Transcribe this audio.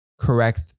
correct